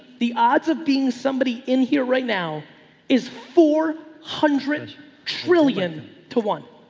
the odds of being somebody in here right now is four hundred trillion to one.